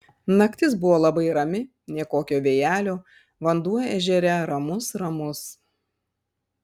naktis buvo labai rami nė kokio vėjelio vanduo ežere ramus ramus